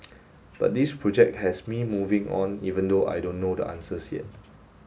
but this project has me moving on even though I don't know the answers yet